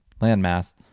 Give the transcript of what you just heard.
landmass